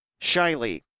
Shiley